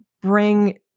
bring